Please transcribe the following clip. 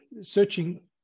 searching